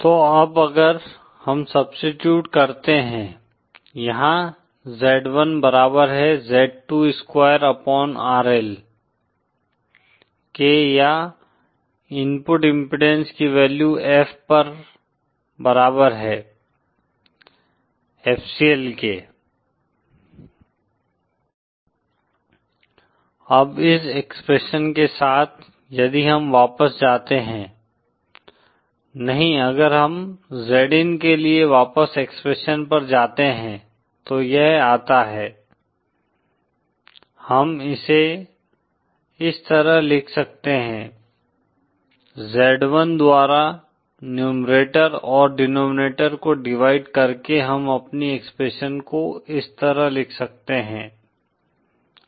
तो अब अगर हम सब्स्टीट्यूट करते हैं यहाँ Z1 बराबर है Z 2 स्क्वायर अपॉन RL के या इनपुट इम्पीडेन्स की वैल्यू F पर बराबर है FCL के अब इस एक्सप्रेशन के साथ यदि हम वापस जाते हैं नहीं अगर हम Zin के लिए वापस एक्सप्रेशन पर जाते हैं तो यह आता है हम इसे इस तरह लिख सकते हैं Z1 द्वारा न्यूमेरटर और डिनोमिनेटर को डिवाइड करके हम अपनी एक्सप्रेशन को इस तरह लिख सकते हैं